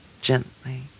Gently